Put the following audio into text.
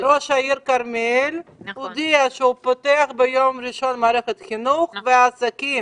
ראש העיר כרמיאל הודיע שהוא פותח ביום ראשון את מערכת החינוך והעסקים.